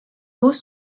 hauts